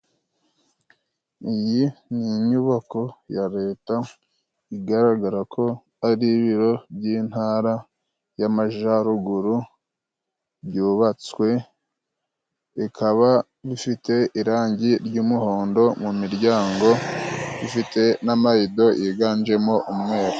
Iyi ni inyubako ya Leta igaragara ko ari ibiro by'intara y'Amajaruguru byubatswe, bikaba bifite irangi ry'umuhondo mu miryango. Ifite n'amarido yiganjemo umweru.